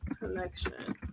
connection